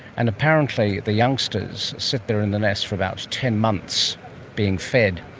and apparently the youngsters sit there in the nest for about ten months being fed.